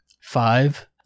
Five